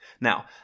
Now